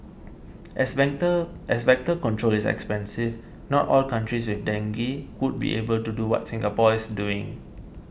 as Vector as Vector control is expensive not all countries with dengue would be able to do what Singapore is doing